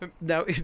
Now